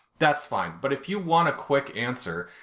that's fine, but if you want a quick answer,